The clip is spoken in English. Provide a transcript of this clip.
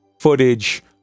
footage